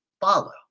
follow